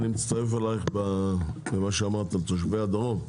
אני מצטרף אלייך למה שאמרת על תושבי הדרום,